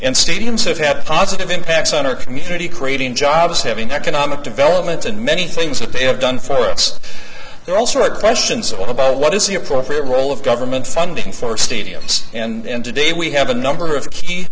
in stadium so it had positive impacts on our community creating jobs having economic development and many things that they have done for us there also are questions all about what is the appropriate role of government funding for stadiums and today we have a number of key